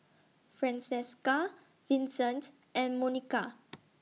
Francesca Vincent and Monika